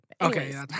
okay